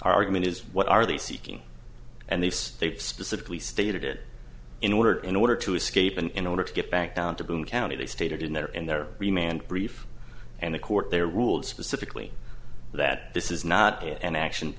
argument is what are they seeking and they state specifically stated in order in order to escape and in order to get back down to boone county they stated in there and there remained brief and a court there ruled specifically that this is not an action